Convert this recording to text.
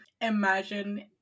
imagine